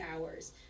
hours